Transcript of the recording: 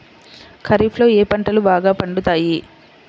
ఖరీఫ్లో ఏ పంటలు బాగా పండుతాయి?